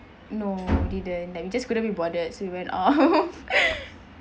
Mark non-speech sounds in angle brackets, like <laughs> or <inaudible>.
no didn't like we just couldn't be bothered so we went off <laughs>